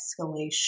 escalation